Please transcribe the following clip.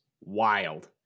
Wild